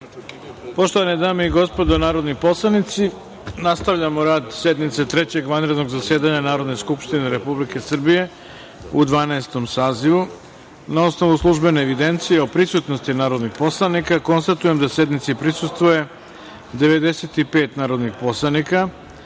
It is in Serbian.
Poštovane dame i gospodo narodni poslanici, nastavljamo rad sednice Trećeg vanrednog zasedanja Narodne skupštine Republike Srbije u Dvanaestom sazivu. Na osnovu službene evidencije o prisutnosti narodnih poslanika, konstatujem da sednici prisustvuje 95 narodnih poslanika. Radi